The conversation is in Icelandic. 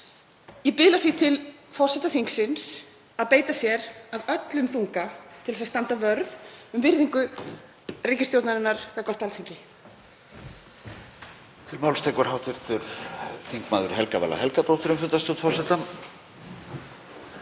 Ég biðla því til forseta þingsins að beita sér af öllum þunga til að standa vörð um virðingu ríkisstjórnarinnar gagnvart Alþingi.